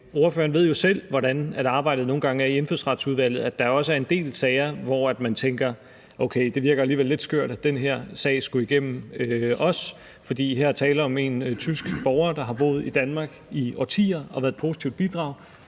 Og ordførereren ved jo selv, hvordan arbejdet nogle gange er i Indfødsretsudvalget, og at der også er en del sager, hvor man tænker: Okay, det virker alligevel lidt skørt, at den her sag skulle igennem os, for her er tale om en tysk borger, der har boet i Danmark i årtier og været et positivt bidrag.